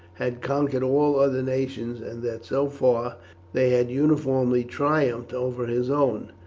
had conquered all other nations, and that so far they had uniformly triumphed over his own.